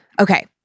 Okay